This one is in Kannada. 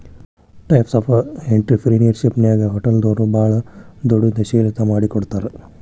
ಟೈಪ್ಸ್ ಆಫ್ ಎನ್ಟ್ರಿಪ್ರಿನಿಯರ್ಶಿಪ್ನ್ಯಾಗ ಹೊಟಲ್ದೊರು ಭಾಳ್ ದೊಡುದ್ಯಂಶೇಲತಾ ಮಾಡಿಕೊಡ್ತಾರ